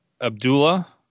Abdullah